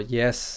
yes